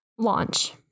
Launch